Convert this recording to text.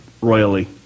royally